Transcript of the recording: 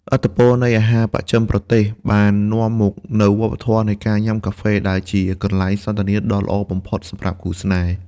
ឥទ្ធិពលនៃអាហារបស្ចិមប្រទេសបាននាំមកនូវវប្បធម៌នៃការញ៉ាំកាហ្វេ ដែលជាកន្លែងសន្ទនាដ៏ល្អបំផុតសម្រាប់គូស្នេហ៍។